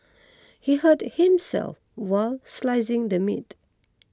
he hurt himself while slicing the meat